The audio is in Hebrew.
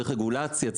צריך רגולציה,